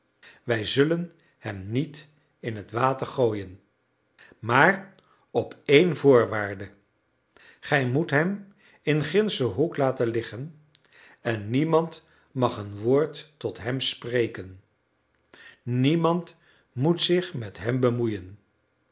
wij zullen hem niet in het water gooien maar op één voorwaarde gij moet hem in gindschen hoek laten liggen en niemand mag een woord tot hem spreken niemand moet zich met hem bemoeien